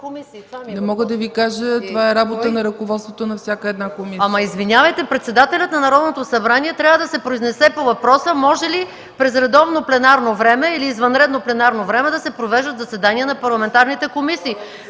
Не мога да Ви кажа, това е работа на ръководството на всяка една комисия.